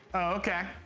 okay.